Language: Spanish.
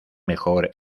mejor